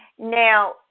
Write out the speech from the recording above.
Now